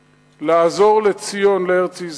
לעזור לציון, לארץ-ישראל,